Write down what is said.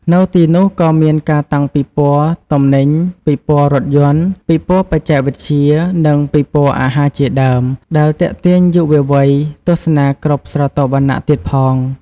នៅទីនោះ ក៏មានការតាំងពិព័រណ៍ទំនិញ ពិព័រណ៍រថយន្ត ពិព័រណ៍បច្ចេកវិទ្យា និងពិព័រណ៍អាហារជាដើម ដែលទាក់ទាញយុវវ័យទស្សនាគ្រប់ស្រទាប់វណ្ណៈទៀងផង។